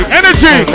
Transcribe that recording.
energy